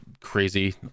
crazy